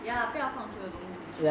ya 不要放所有东西进去